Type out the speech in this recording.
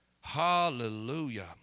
Hallelujah